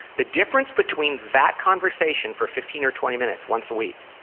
the difference between that conversation for fifteen or twenty minutes, once a week,